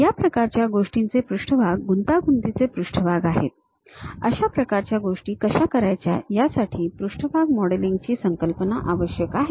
या प्रकारच्या गोष्टींचे पृष्ठभाग गुंतागुंतीचे पृष्ठभाग आहेत अशा प्रकारच्या गोष्टी कशा करायच्या यासाठी पृष्ठभाग मॉडेलिंग ची संकल्पना आवश्यक आहे